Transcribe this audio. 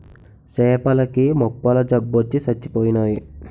సేపల కి మొప్పల జబ్బొచ్చి సచ్చిపోయినాయి